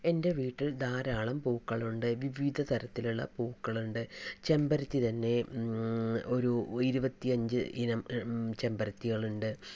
എൻ്റെ വീട്ടിൽ ധാരാളം പൂക്കളുണ്ട് വിവിധ തരത്തിലുള്ള പൂക്കളുണ്ട് ചെമ്പരത്തി തന്നെ ഒരു ഇരുപത്തി അഞ്ച് ഇനം ചെമ്പരത്തികള് ഉണ്ട്